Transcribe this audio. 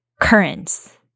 Currents